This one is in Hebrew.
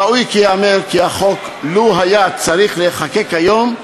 ראוי כי ייאמר כי החוק, לו היה צריך להיחקק היום,